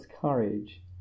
courage